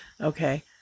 Okay